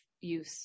use